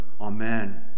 Amen